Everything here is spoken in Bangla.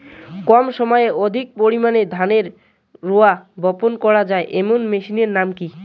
কম সময়ে অধিক পরিমাণে ধানের রোয়া বপন করা য়ায় এমন মেশিনের নাম কি?